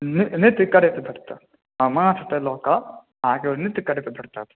नृत नृत्य करैत भेटतथि आ माथ पर लऽ कऽ अहाँके ओ नृत्य करैत भेटतथि